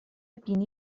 بینی